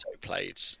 played